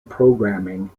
programming